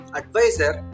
advisor